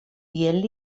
dient